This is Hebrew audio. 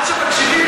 עד שמקשיבים